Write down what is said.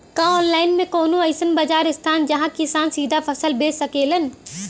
का आनलाइन मे कौनो अइसन बाजार स्थान बा जहाँ किसान सीधा फसल बेच सकेलन?